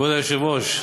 כבוד היושב-ראש,